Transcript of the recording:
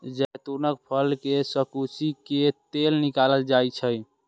जैतूनक फल कें थकुचि कें तेल निकालल जाइ छै